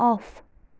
off